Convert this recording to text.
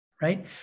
right